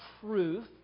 truth